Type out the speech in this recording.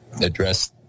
address